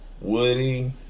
woody